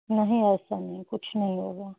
नहीं ऐसा नहीं कुछ नहीं होगा